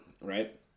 right